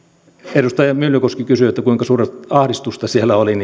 edustaja myllykoski kysyi kuinka suurta ahdistusta siellä oli